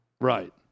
Right